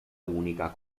unica